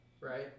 Right